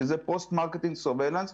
שזה Post-marketing surveillance,